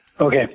okay